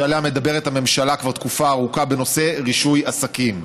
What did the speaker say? שעליה מדברת הממשלה כבר תקופה ארוכה בנושא רישוי עסקים.